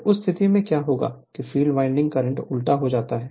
तो उस स्थिति में क्या होगा कि फील्ड वाइंडिंग करंट उल्टा हो जाता है